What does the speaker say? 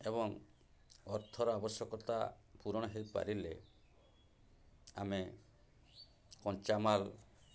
ଏବଂ ଅର୍ଥର ଆବଶ୍ୟକତା ପୂରଣ ହେଇପାରିଲେ ଆମେ କଞ୍ଚାମାଲ୍